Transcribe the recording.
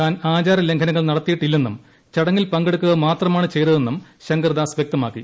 താൻ ആചാര ലംഘനങ്ങൾ നടത്തിയിട്ടില്ലെന്നും ചടങ്ങിൽ പങ്കെടുക്കുക മാത്രമാണ് ചെയ്തതെന്നും ശങ്കര ദാസ് വൃക്തമാക്കി